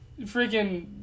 Freaking